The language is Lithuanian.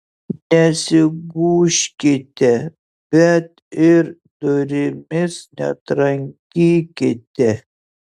nesigūžkite bet ir durimis netrankykite